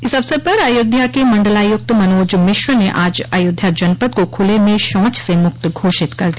इस अवसर पर अयोध्या के मंडलायुक्त मनोज मिश्र ने आज अयोध्या जनपद को खुले में शौच से मुक्त घोषित कर दिया